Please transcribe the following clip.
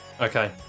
Okay